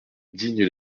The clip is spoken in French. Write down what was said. digne